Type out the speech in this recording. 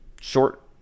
Short